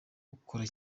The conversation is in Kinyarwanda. ugakora